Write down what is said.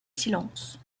silence